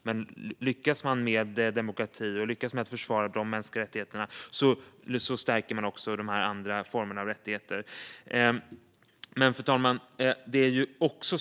Men lyckas man med demokrati och att försvara de mänskliga rättigheterna stärker man också de andra formerna av rättigheter. Fru talman!